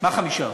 מה חמישה?